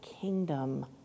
kingdom